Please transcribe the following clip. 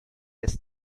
des